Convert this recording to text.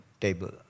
table